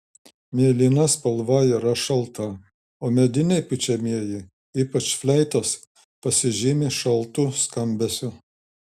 mėlyna spalva yra šalta o mediniai pučiamieji ypač fleitos pasižymi šaltu skambesiu